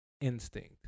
instinct